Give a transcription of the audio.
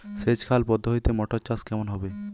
সেচ খাল পদ্ধতিতে মটর চাষ কেমন হবে?